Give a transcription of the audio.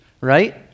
right